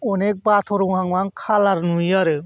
अनेख बाथ' रंहां माहां कालार नुयो आरो